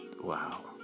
wow